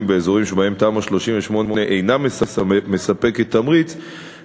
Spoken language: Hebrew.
באזורים שבהם תמ"א 38 אינה מספקת תמריץ,